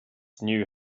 knew